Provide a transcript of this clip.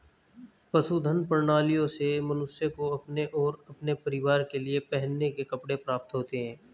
पशुधन प्रणालियों से मनुष्य को अपने और अपने परिवार के लिए पहनने के कपड़े प्राप्त होते हैं